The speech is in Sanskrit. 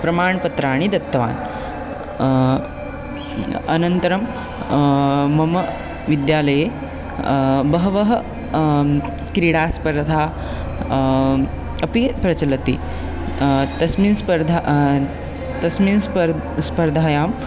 प्रमाणपत्राणि दत्तवान् अनन्तरं मम विद्यालये बहवः क्रीडास्पर्धाः अपि प्रचलन्ति तस्मिन् स्पर्धा तस्मिन् स्पर् स्पर्धायां